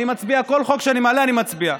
כל חוק שאני מעלה, אני מצביע.